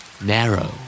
Narrow